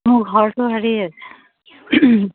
মোৰ ঘৰটো হেৰি